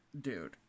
dude